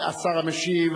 השר המשיב,